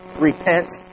repent